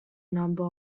number